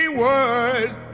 words